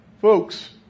Folks